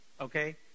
Okay